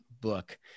book